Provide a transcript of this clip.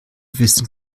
wissen